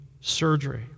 surgery